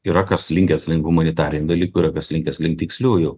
yra kas linkęs link humanitarinių dalykų yra kas linkęs link tiksliųjų